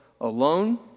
alone